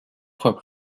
fois